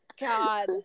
God